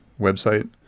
website